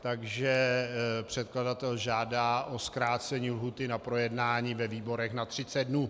Takže předkladatel žádá o zkrácení lhůty na projednání ve výborech na třicet dnů.